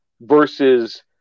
Versus